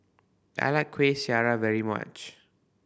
I like Kueh Syara very much